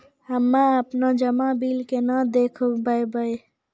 हम्मे आपनौ जमा बिल केना देखबैओ?